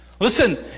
Listen